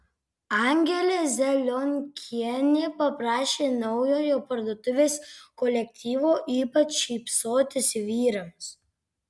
angelė zelionkienė paprašė naujojo parduotuvės kolektyvo ypač šypsotis vyrams